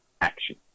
action